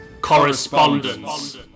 correspondence